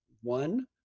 one